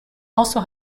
also